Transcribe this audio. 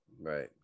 Right